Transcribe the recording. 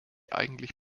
eigentlich